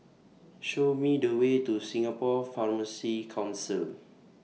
Show Me The Way to Singapore Pharmacy Council